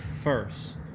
first